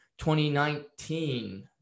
2019